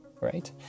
right